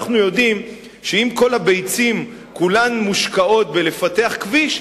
אנחנו יודעים שאם כל הביצים כולן מושקעות בפיתוח כביש,